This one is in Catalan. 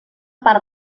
part